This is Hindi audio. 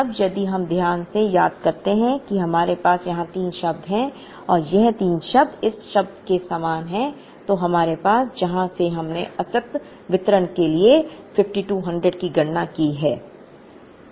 अब यदि हम ध्यान से याद करते हैं कि हमारे पास यहां 3 शब्द हैं और ये 3 शब्द इस शब्द के समान हैं तो हमारे पास जहां से हमने असतत वितरण के लिए 5200 की गणना की है